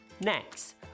Next